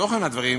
תוכן הדברים,